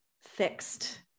fixed